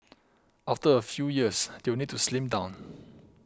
after a few years they will need to slim down